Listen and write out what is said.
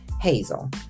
hazel